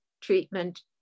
treatment